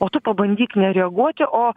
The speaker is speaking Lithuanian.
o tu pabandyk nereaguoti o